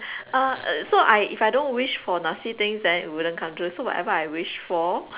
uh err so I if I don't wish for nasty things then it wouldn't come true so whatever I wish for